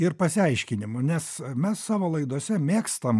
ir pasiaiškinimu nes mes savo laidose mėgstam